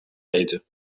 eten